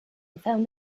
found